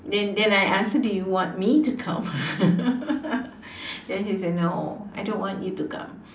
then then I asked her do you want me to come then she said no I don't want you to come